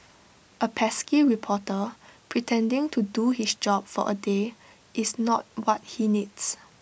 A pesky reporter pretending to do his job for A day is not what he needs